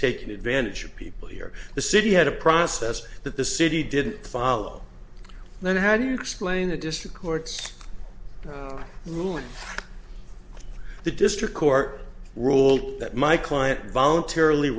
taking advantage of people here the city had a process that the city didn't follow then how do you explain the district court's ruling the district court ruled that my client voluntarily